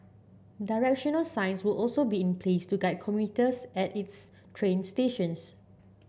directional signs will also be in place to guide commuters at its train stations